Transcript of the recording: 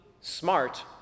smart